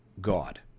God